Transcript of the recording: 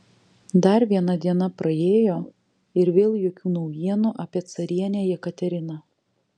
dar viena diena praėjo ir vėl jokių naujienų apie carienę jekateriną